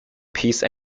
peace